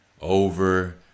Over